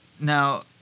Now